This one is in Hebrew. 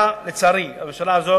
לצערי, הממשלה הזו